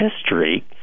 history